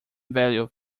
value